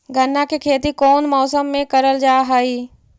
गन्ना के खेती कोउन मौसम मे करल जा हई?